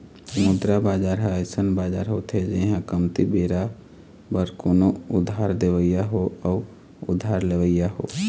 मुद्रा बजार ह अइसन बजार होथे जिहाँ कमती बेरा बर कोनो उधार देवइया हो अउ उधार लेवइया हो